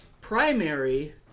primary